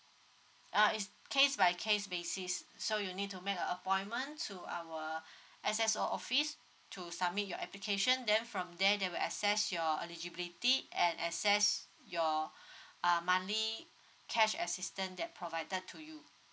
uh it's case by case basis so you need to make a appointment to our S_S_O office to submit your application then from there they will access your eligibility and access your uh monthly cash assistance that provided to you